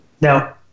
now